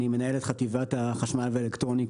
אני מנהל את חטיבת החשמל והאלקטרוניקה.